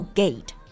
gate